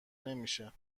نمیشه